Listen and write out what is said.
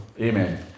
Amen